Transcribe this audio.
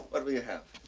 what will you have?